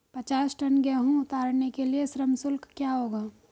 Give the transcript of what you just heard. पचास टन गेहूँ उतारने के लिए श्रम शुल्क क्या होगा?